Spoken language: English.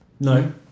No